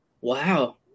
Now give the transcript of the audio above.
Wow